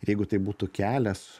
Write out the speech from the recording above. ir jeigu tai būtų kelias